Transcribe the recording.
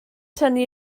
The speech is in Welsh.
tynnu